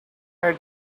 had